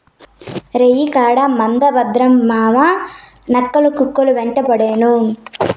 రేయికాడ మంద భద్రం మావావా, నక్కలు, కుక్కలు యెంటపడేను